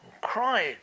cried